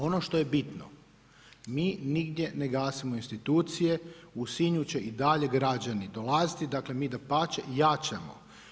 Ono što je bitno mi nigdje ne gasimo institucije, u Sinju će i dalje građani dolaziti, dakle mi dapače jačamo.